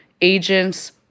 Agents